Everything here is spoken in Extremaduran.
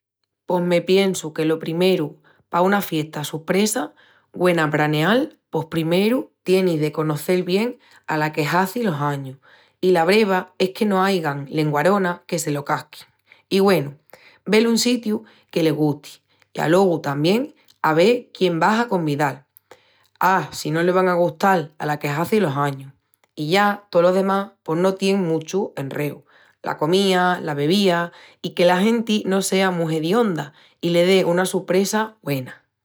Pos me piensu que lo primeru pa una fiesta suspresa güena praneal, pos primeru tienis de conocel bien ala que hazi los añus. I la breva es que no aigan lenguaronas que se lo casquin. I güenu, vel un sitiu que le gusti i alogu tamién ave quién vas a convidal, á si no le van a gustal ala que hazi los añus. I ya tolo demás pos no tien muchu enreu, la comía, la bebía. I que la genti no sea mu hedionda i le dé una suspresa güena!